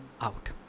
out